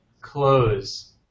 close